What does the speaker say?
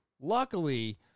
Luckily